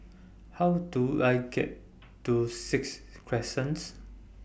How Do I get to Sixth Crescent